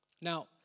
Now